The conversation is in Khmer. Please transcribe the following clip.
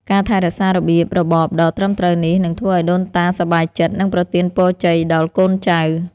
ការថែរក្សារបៀបរបបដ៏ត្រឹមត្រូវនេះនឹងធ្វើឱ្យដូនតាសប្បាយចិត្ត និងប្រទានពរជ័យដល់កូនចៅ។